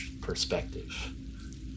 perspective